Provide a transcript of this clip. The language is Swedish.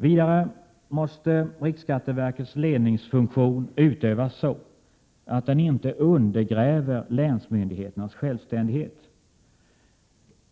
Vidare måste riksskatteverkets ledningsfunktion utövas så, att den inte undergräver länsmyndigheternas självständighet.